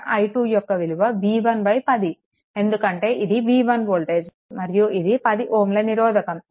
యొక్క విలువ v1 10 ఎందుకంటే ఇది v1 వోల్టేజ్ మరియు ఇది 10 Ω నిరోధకం